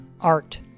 Art